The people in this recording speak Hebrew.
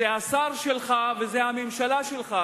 זה השר שלך, וזאת הממשלה שלך.